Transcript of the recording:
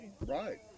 Right